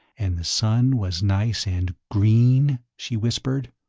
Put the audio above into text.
and the sun was nice and green, she whispered.